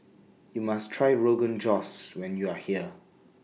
YOU must Try Rogan Josh when YOU Are here